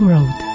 Road